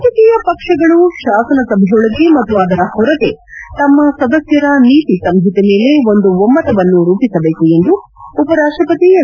ರಾಜಕೀಯ ಪಕ್ಷಗಳು ಶಾಸನ ಸಭೆಯೊಳಗೆ ಮತ್ತು ಅದರ ಹೊರಗೆ ತಮ್ಮ ಸದಸ್ಥರ ನೀತಿ ಸಂಹಿತೆ ಮೇಲೆ ಒಂದು ಒಮ್ದತವನ್ನು ರೂಪಿಸಬೇಕು ಎಂದು ಉಪ ರಾಷ್ಲಪತಿ ಎಂ